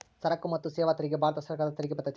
ಸರಕು ಮತ್ತು ಸೇವಾ ತೆರಿಗೆ ಭಾರತ ಸರ್ಕಾರದ ತೆರಿಗೆ ಪದ್ದತಿ